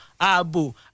abu